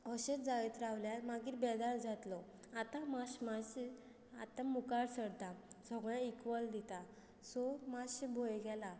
अशेंच जायत रावल्यार मागीर बेजार जातलो आतां मात्शे मात्शें आतां मुखार सरता सगळें इक्वल दिता सो मातशे भंय गेला